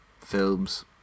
films